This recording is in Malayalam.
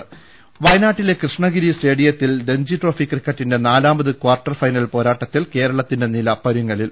കലകലകലകലകലകലക വയനാട്ടിലെ കൃഷ്ണഗിരി സ്റ്റേഡിയത്തിൽ രഞ്ജി ട്രോഫി ക്രിക്കറ്റിന്റെ നാലാമത് ക്വാർട്ടർ ഫൈനൽ പോരാട്ടത്തിൽ കേരളത്തിന്റെ നില പരുങ്ങലിൽ